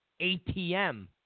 ATM